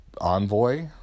Envoy